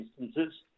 instances